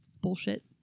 Bullshit